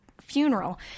funeral